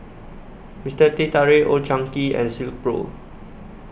Mister Teh Tarik Old Chang Kee and Silkpro